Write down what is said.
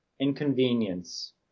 Inconvenience